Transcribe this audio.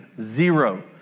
Zero